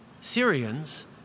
Syrians